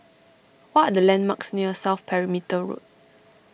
what are the landmarks near South Perimeter Road